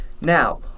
Now